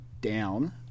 down